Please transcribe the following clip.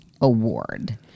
Award